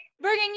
bringing